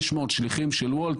500 שליחים של Wolt,